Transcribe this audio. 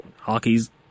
hockey's